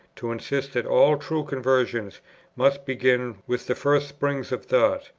to insist, that all true conversion must begin with the first springs of thought,